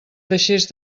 deixés